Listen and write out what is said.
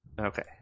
Okay